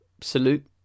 salute